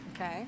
Okay